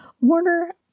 Warner